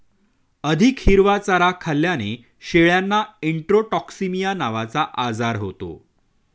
अधिक हिरवा चारा खाल्ल्याने शेळ्यांना इंट्रोटॉक्सिमिया नावाचा आजार होतो